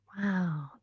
wow